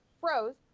froze